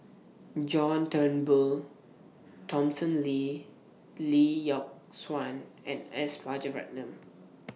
John Turnbull Thomson Lee Lee Yock Suan and S Rajaratnam